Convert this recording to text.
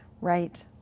Right